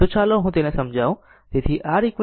તો ચાલો હું તેને સમજાવું